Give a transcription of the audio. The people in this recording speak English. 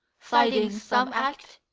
siding some act,